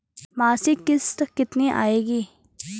मासिक किश्त कितनी आएगी?